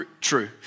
true